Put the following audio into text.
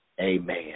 Amen